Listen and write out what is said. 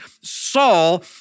Saul